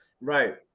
Right